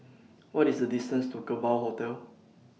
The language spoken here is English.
What IS The distance to Kerbau Hotel